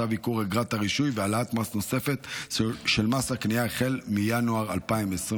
צו ייקור אגרת הרישוי והעלאת מס נוספת של מס הקנייה החל מינואר 2025,